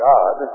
God